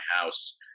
house